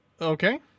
Okay